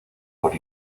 por